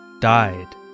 died